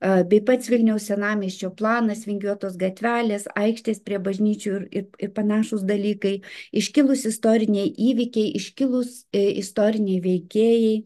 bei pats vilniaus senamiesčio planas vingiuotos gatvelės aikštės prie bažnyčių ir ir ir panašūs dalykai iškilūs istoriniai įvykiai iškilūs istoriniai veikėjai